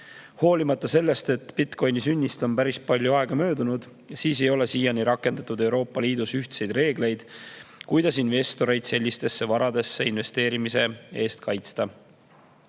Hoolimata sellest, etbitcoin'i sünnist on päris palju aega möödunud, ei ole siiani rakendatud Euroopa Liidus ühtseid reegleid, kuidas investoreid sellistesse varadesse investeerimise eest kaitsta.